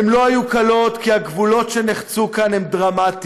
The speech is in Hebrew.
הן לא היו קלות כי הגבולות שנחצו כאן הם דרמטיים.